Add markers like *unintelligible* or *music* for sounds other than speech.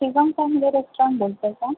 *unintelligible* restaurant बोलत आहे का